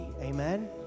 amen